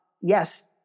yes